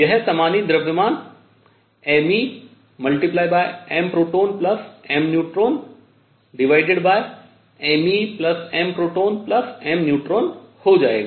यह समानीत द्रव्यमान MeMprotonMneutronMeMprotonMneutron हो जाएगा